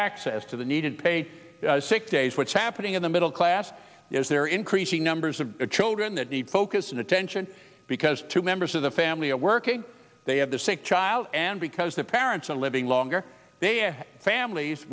access to the needed paid sick days what's happening in the middle class is there increasing numbers of children that need focus and attention because two members of the family a working they have the same child and because their parents are living longer they have families